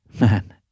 man